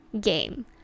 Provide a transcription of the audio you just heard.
game